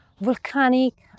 Volcanic